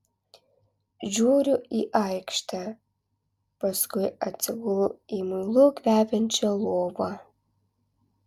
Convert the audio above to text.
žiūriu į aikštę paskui atsigulu į muilu kvepiančią lovą